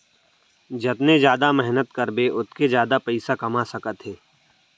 जतने जादा मेहनत करबे ओतके जादा पइसा कमा सकत हे